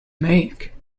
make